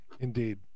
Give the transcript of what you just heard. indeed